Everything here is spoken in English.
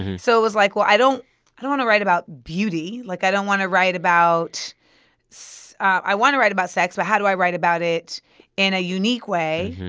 so it was like, well, i don't i don't want to write about beauty. like, i don't want to write about so i want to write about sex. but how do i write about it in a unique way?